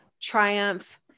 triumph